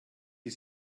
die